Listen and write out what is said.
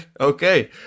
okay